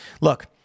Look